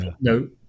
No